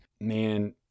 Man